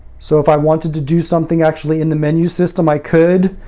so if i wanted to do something actually in the menu system, i could.